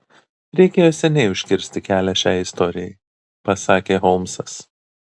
reikėjo seniai užkirsti kelią šiai istorijai pasakė holmsas